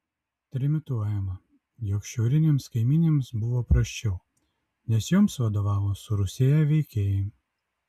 trimituojama jog šiaurinėms kaimynėms buvo prasčiau nes joms vadovavo surusėję veikėjai